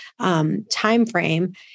timeframe